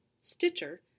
Stitcher